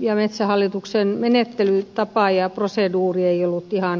ja metsähallituksen menettelytapa ja proseduuri eivät olleet ihan kohdallaan